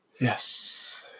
Yes